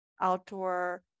outdoor